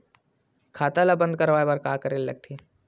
खाता ला बंद करवाय बार का करे ला लगथे?